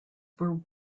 were